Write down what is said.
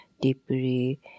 deeply